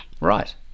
Right